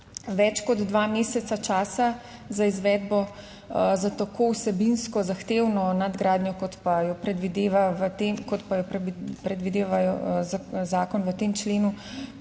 več kot dva meseca časa za izvedbo, za tako vsebinsko zahtevno nadgradnjo kot pa jo predvideva zakon v tem členu